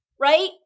right